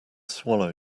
swallow